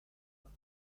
book